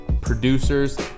producers